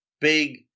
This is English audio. big